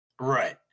Right